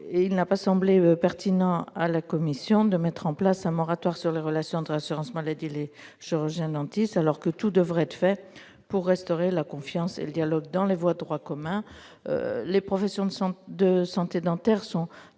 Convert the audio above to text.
il n'a pas semblé pertinent à la commission de mettre en place un moratoire s'agissant des relations entre l'assurance maladie et les chirurgiens-dentistes, alors même que tout devrait être fait pour restaurer la confiance et le dialogue dans les voies de droit commun. Les professions de santé dentaire sont